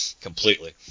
completely